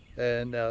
and ah,